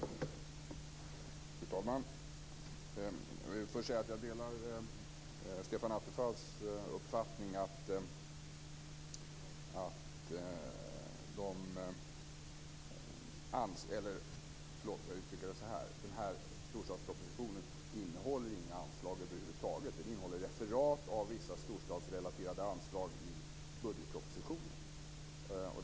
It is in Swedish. Fru talman! Jag vill först säga att jag delar Stefan Attefalls uppfattning att den här storstadspropositionen inte innehåller några anslag över huvud taget. Den innehåller referat av vissa storstadsrelaterade anslag i budgetpropositionen.